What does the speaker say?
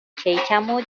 کیکم